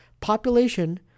population